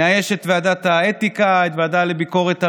נאייש את ועדת האתיקה, את הוועדה לביקורת המדינה,